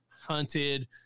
hunted